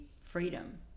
freedom